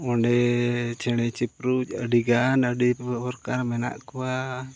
ᱚᱸᱰᱮ ᱪᱮᱬᱮ ᱪᱤᱯᱨᱩᱫ ᱟᱹᱰᱤᱜᱟᱱ ᱟᱹᱰᱤ ᱯᱨᱚᱠᱟᱨ ᱢᱮᱱᱟᱜ ᱠᱚᱣᱟ